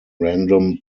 random